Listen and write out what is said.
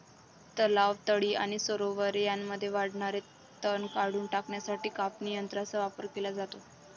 तलाव, तळी आणि सरोवरे यांमध्ये वाढणारे तण काढून टाकण्यासाठी कापणी यंत्रांचा वापर केला जातो